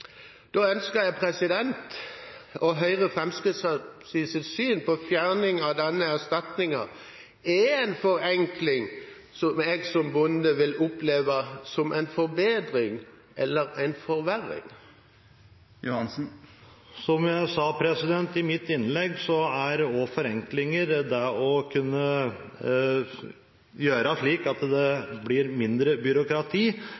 jeg ønske å høre Fremskrittspartiets syn på fjerning av denne erstatningen. Er det en forenkling som jeg som bonde vil oppleve som en forbedring – eller en forverring? Som jeg sa i mitt innlegg, er forenklinger også det å kunne